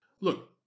Look